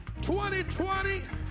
2020